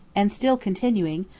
and still continuing,